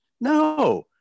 no